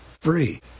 Free